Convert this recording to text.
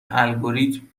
الگوریتم